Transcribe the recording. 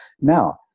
Now